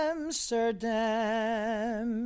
Amsterdam